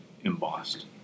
embossed